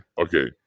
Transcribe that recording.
Okay